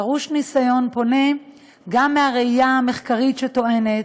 דרוש ניסיון נובע גם מהראייה המחקרית שטוענת